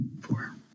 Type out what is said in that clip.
Four